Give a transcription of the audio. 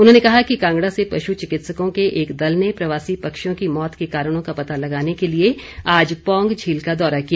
उन्होंने कहा कि कांगड़ा से पश् चिकित्सकों के एक दल ने प्रवासी पक्षियों की मौत के कारणों का पता लगाने के लिए आज पौंग झील का दौरा किया